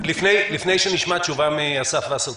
לפני שנשמע תשובה מאסף וסרצוג,